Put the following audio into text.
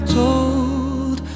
told